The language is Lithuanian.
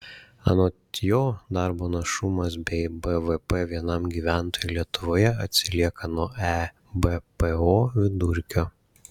anot jo darbo našumas bei bvp vienam gyventojui lietuvoje atsilieka nuo ebpo vidurkio